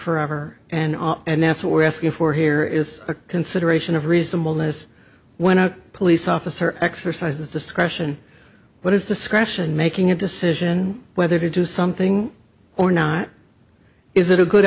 forever and and that's what we're asking for here is a consideration of reasonableness when a police officer exercises discretion what is discretion making a decision whether to do something or not is it a good